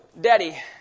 daddy